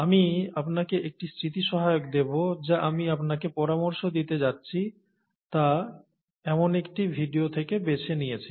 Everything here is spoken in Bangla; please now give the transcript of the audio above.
আমি আপনাকে একটি স্মৃতিসহায়ক দেব যা আমি আপনাকে পরামর্শ দিতে যাচ্ছি তা এমন একটি ভিডিও থেকে বেছে নিয়েছি